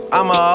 I'ma